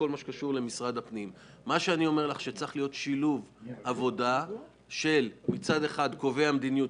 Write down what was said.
צריך להיות שילוב של עבודה של קובעי המדיניות,